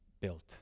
built